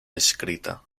escrita